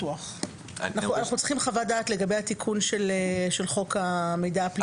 אנחנו צריכים חוות דעת לגבי התיקון של חוק המידע הפלילי.